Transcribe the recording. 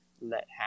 let